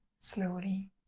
slowly